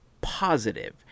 positive